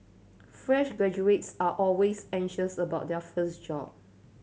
fresh graduates are always anxious about their first job